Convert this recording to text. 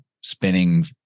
spinning